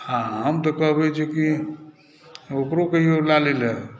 आ हम तऽ कहबै जे कि ओकरो कहियो लै लय ला